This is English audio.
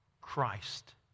Christ